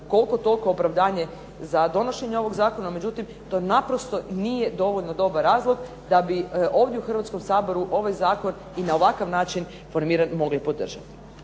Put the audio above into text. koliko-toliko opravdanje za donošenje ovog zakona, međutim to naprosto nije dovoljno dobar razlog da bi ovdje u hrvatskom Saboru ovaj zakon i na ovakav način formiran mogli podržati.